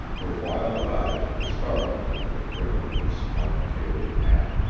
her wild eyes were startling under the brim of her smart, tailored hat.